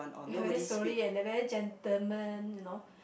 very sorry and they very gentlemen you know